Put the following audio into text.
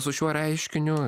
su šiuo reiškiniu